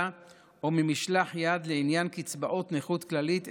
או ממשלח יד לעניין קצבאות נכות כללית,